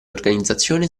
organizzazione